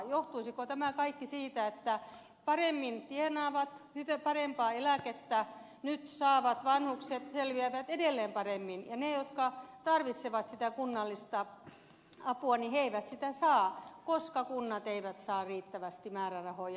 johtuisiko tämä kaikki siitä että paremmin tienaavat parempaa eläkettä nyt saavat vanhukset selviävät edelleen paremmin ja ne jotka tarvitsevat sitä kunnallista apua he eivät sitä saa koska kunnat eivät saa riittävästi määrärahoja